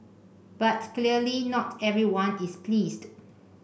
but clearly not everyone is pleased